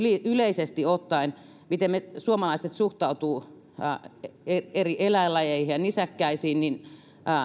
yleisesti ottaen miten me suomalaiset suhtaudumme eri eläinlajeihin ja nisäkkäisiin niin